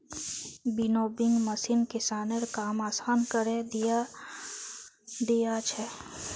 winnowing machine किसानेर काम आसान करे दिया छे